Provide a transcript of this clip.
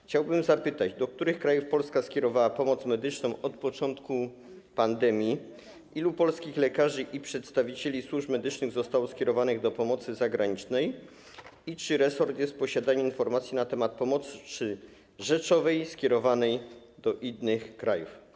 Chciałbym zapytać: Do których krajów Polska skierowała pomoc medyczną od początku pandemii, ilu polskich lekarzy i przedstawicieli służb medycznych zostało skierowanych do pomocy zagranicznej i czy resort jest w posiadaniu informacji na temat pomocy rzeczowej skierowanej do innych krajów?